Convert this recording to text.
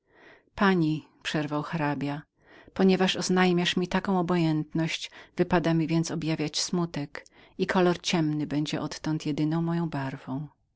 pani przerwał hrabia ponieważ oznajmiasz mi taką obojętność z mojej strony nie wypada mi jak przywdziać smutek i kolor ciemny będzie odtąd jedyną moją barwą